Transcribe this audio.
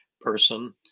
person